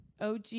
og